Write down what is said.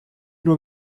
nur